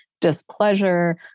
displeasure